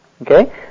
Okay